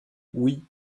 oui